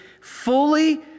fully